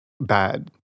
bad